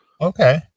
Okay